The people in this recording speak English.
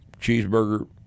cheeseburger